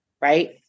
right